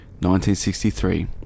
1963